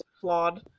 flawed